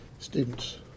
Students